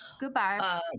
Goodbye